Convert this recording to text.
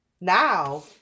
now